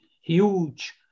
huge